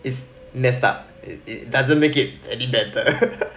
he's messed up it it doesn't make it any better